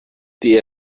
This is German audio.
die